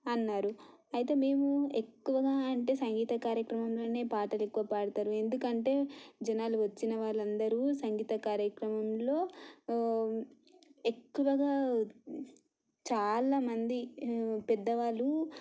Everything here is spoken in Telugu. అన్నారు అయితే మేము ఎక్కువగా అంటే సంగీత కార్యక్రమంలోనే పాటలు ఎక్కువగా పాడతారు ఎందుకంటే జనాలు వచ్చిన వాళ్ళందరూ సంగీత కార్యక్రమంలో ఎక్కువగా చాలా మంది పెద్దవాళ్ళు